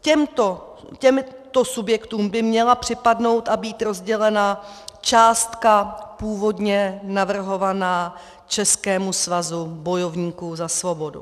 Těmto subjektům by měla připadnout a být rozdělena částka původně navrhovaná Českému svazu bojovníků za svobodu.